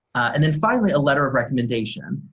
and then finally a letter of recommendation.